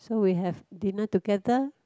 so we have dinner together